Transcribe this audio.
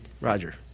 Roger